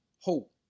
hope